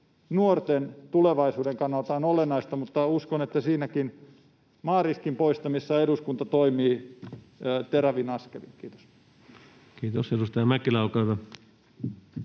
nuorten tulevaisuuden kannalta on olennaista, mutta uskon että senkin maariskin poistamisessa eduskunta toimii terävin askelin. — Kiitos. Kiitos. — Edustaja Mäkelä, olkaa hyvä.